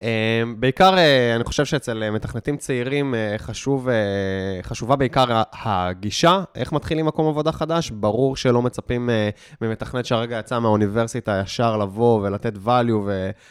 בעיקר, אני חושב שאצל מתכנתים צעירים חשוב, חשובה בעיקר הגישה, איך מתחילים מקום עבודה חדש, ברור שלא מצפים ממתכנת שהרגע יצא מהאוניברסיטה ישר לבוא ולתת value,